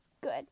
good